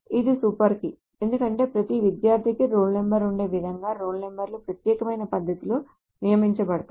ఇది super key ఎందుకంటే ప్రతి విద్యార్థికి రోల్ నంబర్ ఉండే విధంగా రోల్ నంబర్లు ప్రత్యేకమైన పద్ధతిలో నియమించబడతాయి